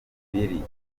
biri